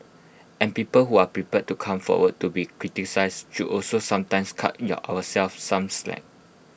and people who are prepared to come forward to be criticised should also sometimes cut ourselves some slack